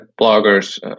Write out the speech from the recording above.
bloggers